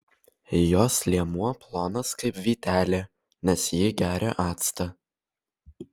jos liemuo plonas kaip vytelė nes ji geria actą